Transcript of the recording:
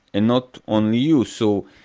and not only you, so,